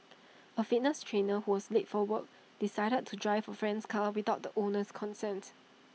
A fitness trainer who was late for work decided to drive A friend's car without the owner's consent